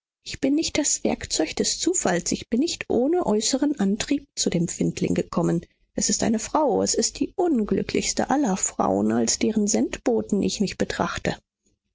ich bin nicht das werkzeug des zufalls ich bin nicht ohne äußeren antrieb zu dem findling gekommen es ist eine frau es ist die unglücklichste aller frauen als deren sendboten ich mich betrachte